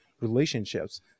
relationships